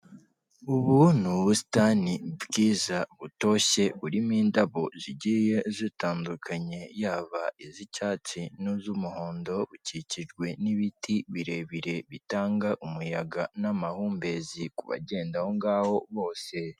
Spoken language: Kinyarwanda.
Ubu ni ubusitani bwiza butoshye burimo indabo zigiye zitandukanye yaba iz'icyatsi n'iz'umuhondo, bukikijwe n'ibiti birebire bitanga umuyaga n'amahumbezi kubagenda aho ngaho bose.